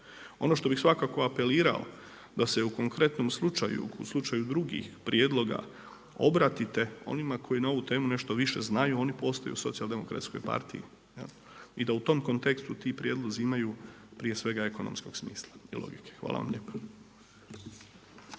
Ono što bih svakako apelirao da se u konkretnom slučaju, u slučaju drugih prijedloga obratite onima koji na ovu temu nešto više znaju, oni postoje u Socijal-demokratskoj partiji. I da u tom kontekstu ti prijedlozi imaju prije svega ekonomskog smisla i logike. Hvala vam lijepa.